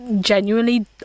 genuinely